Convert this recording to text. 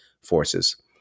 forces